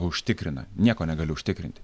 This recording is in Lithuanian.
užtikrina nieko negali užtikrinti